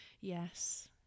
yes